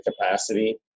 capacity